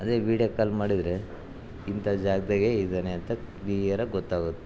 ಅದೇ video call ಮಾಡಿದರೆ ಇಂಥ ಜಾಗದಾಗೇ ಇದ್ದಾನೆ ಅಂತ ಕ್ಲಿಯರಾಗಿ ಗೊತ್ತಾಗುತ್ತೆ